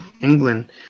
England